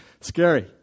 scary